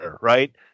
right